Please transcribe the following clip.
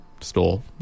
stole